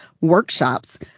workshops